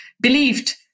believed